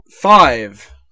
Five